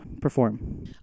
perform